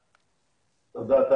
תודה.